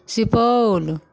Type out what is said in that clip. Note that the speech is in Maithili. सुपौल